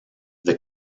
the